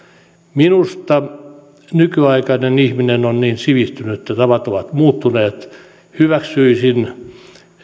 minusta nykyaikainen ihminen on niin sivistynyt ja tavat ovat muuttuneet että hyväksyisin